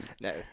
No